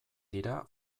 dira